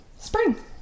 spring